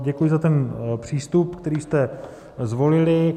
Děkuji za přístup, který jste zvolili.